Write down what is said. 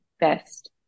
best